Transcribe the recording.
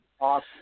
Awesome